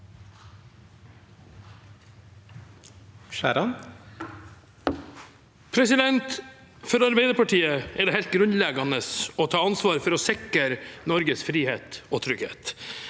For Arbeiderpartiet er det helt grunnleggende å ta ansvaret for å sikre Norges frihet og trygghet.